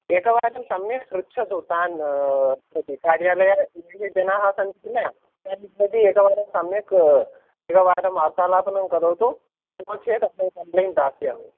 एकवारं सम्यक् पृच्छतु तान् प्रति कार्यालयजनाः सन्ति किल तान् प्रति एकवारं सम्यक् एकवारं वार्तालापनं करोतु नो चेत् अहं कम्पेण्ट् दास्यामि